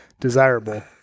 desirable